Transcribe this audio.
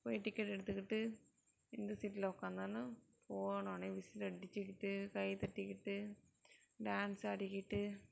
போய் டிக்கெட் எடுத்துக்கிட்டு எந்த சீட்டில் உக்கார்ந்தாலும் போனோடன்னே விசில் அடிச்சுக்கிட்டு கை தட்டிக்கிட்டு டான்ஸ் ஆடிக்கிட்டு